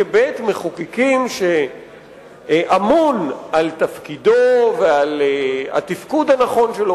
כבית-מחוקקים שאמון על תפקידו ועל התפקוד הנכון שלו